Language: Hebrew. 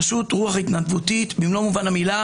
זו פשוט רוח התנדבותית במלוא מובן המילה,